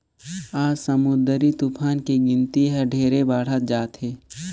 आज समुददरी तुफान के गिनती हर ढेरे बाढ़त जात हे